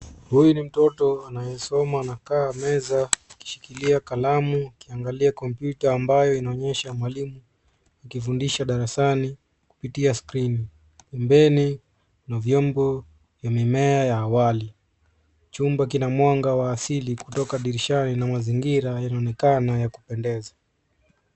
Huyu ni mtoto anayesoma amekaa kwenye meza akishikilia kalamu, akiangalia komputa ambayo inonyesha mwalimu. Akifundisha darasani kupitia skrini. Mbeni, na vyombo, na mimea ya awali. Chumba kina mwanga wa asili kutoka dirishani na mazingira yanaokana ya kupendeza.